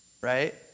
right